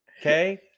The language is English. okay